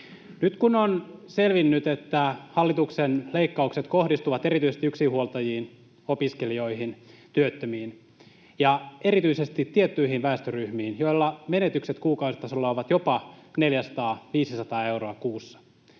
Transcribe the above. Nyt kun on selvinnyt, että hallituksen leikkaukset kohdistuvat erityisesti yksinhuoltajiin, opiskelijoihin, työttömiin ja erityisesti tiettyihin väestöryhmiin, joilla menetykset kuukausitasolla ovat jopa 400—500 euroa,